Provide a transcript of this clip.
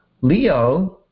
Leo